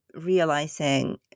realizing